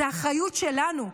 וזו האחריות שלנו.